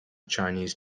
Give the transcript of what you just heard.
chinese